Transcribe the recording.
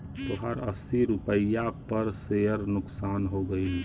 तोहार अस्सी रुपैया पर सेअर नुकसान हो गइल